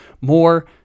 more